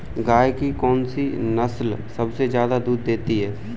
गाय की कौनसी नस्ल सबसे ज्यादा दूध देती है?